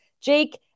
Jake